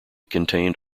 contained